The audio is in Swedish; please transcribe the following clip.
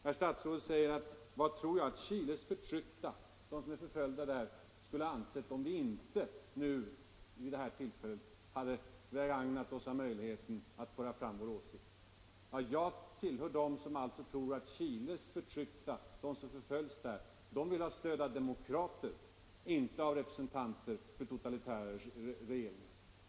Herr statsrådet frågar vad jag tror att Chiles förtryckta skulle anse om vi inte vid detta tillfälle hade begagnat oss av möjligheten att föra fram vår åsikt. Jag tillhör dem som tror att Chiles förtryckta — de som förföljs där — vill ha stöd av demokrater, inte av representanter för totalitära regeringar.